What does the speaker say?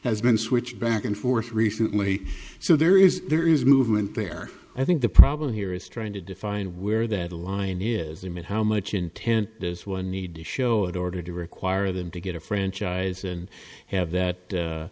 has been switching back and forth recently so there is there is movement there i think the problem here is trying to define where that the line is him and how much intent is one need to show in order to require them to get a franchise and have that